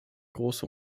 große